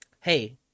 Hey